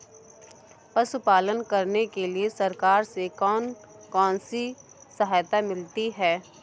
पशु पालन करने के लिए सरकार से कौन कौन सी सहायता मिलती है